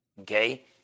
okay